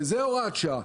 וזאת הוראת שעה.